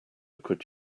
could